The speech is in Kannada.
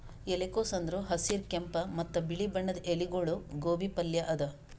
ಎಲಿಕೋಸ್ ಅಂದುರ್ ಹಸಿರ್, ಕೆಂಪ ಮತ್ತ ಬಿಳಿ ಬಣ್ಣದ ಎಲಿಗೊಳ್ದು ಗೋಬಿ ಪಲ್ಯ ಅದಾ